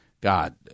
God